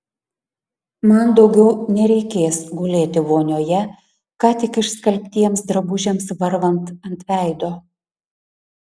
man daugiau nereikės gulėti vonioje ką tik išskalbtiems drabužiams varvant ant veido